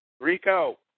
Rico